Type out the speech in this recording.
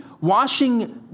washing